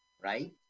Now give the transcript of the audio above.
right